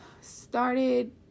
started